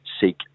seek